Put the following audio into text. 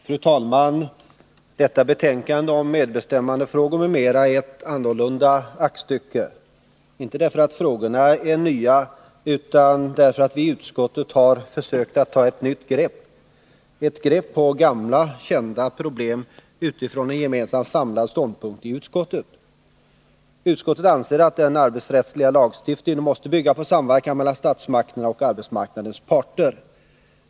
Fru talman! Detta betänkande om medbestämmandefrågor m.m. är ett annorlunda aktstycke, inte därför att frågorna är nya, utan därför att vi i utskottet har försökt att ta ett nytt grepp— ett grepp på gamla, kända problem utifrån en gemensam samlad ståndpunkt i utskottet. Utskottet anser att den arbetsrättsliga lagstiftningen måste bygga på samverkan mellan statsmakterna och arbetsmarknadens parter.